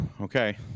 okay